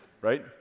Right